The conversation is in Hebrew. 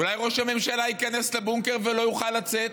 אולי ראש הממשלה ייכנס לבונקר ולא יוכל לצאת?